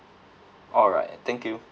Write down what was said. alright thank you